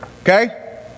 okay